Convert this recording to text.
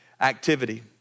activity